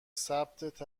ثبت